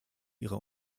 ihrer